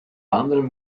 anderem